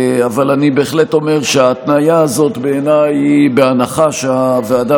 אבל אני בהחלט אומר שההתניה הזאת בעיניי היא בהנחה שהוועדה